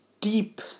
deep